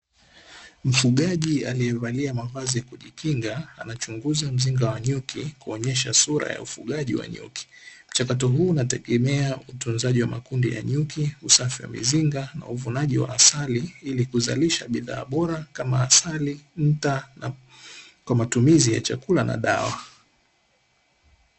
Mfugaji aliyevalia mavazi yakujikinga anachunguza mzinga wa nyuki kuonyesha sura ya ufugaji wa nyuki, mchakato huu unategemea utunzaji wa makundi ya nyuki, usafi wa mizinga na uvunaji wa asali ili kuzalisha bidhaa bora kama asali, nta kwa matumizi ya chakula na dawa.